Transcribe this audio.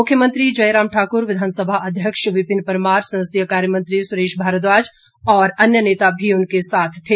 मुख्यमंत्री जयराम ठाकुर विधानसभा अध्यक्ष विपिन परमार संसदीय कार्य मंत्री सुरेश भारद्वाज और अन्य नेता भी उनके साथ थे